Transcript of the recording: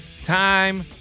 time